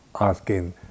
asking